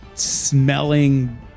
smelling